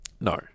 No